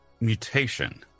mutation